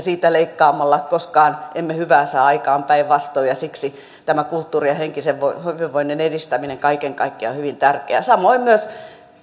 siitä leikkaamalla koskaan emme hyvää saa aikaan päinvastoin siksi tämä kulttuurin ja henkisen hyvinvoinnin edistäminen kaiken kaikkiaan on hyvin tärkeää samoin myös